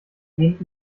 gehen